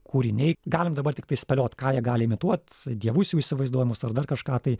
kūriniai galim dabar tiktai spėliot ką jie gali imituot dievus jų įsivaizduojamus ar dar kažką tai